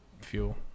fuel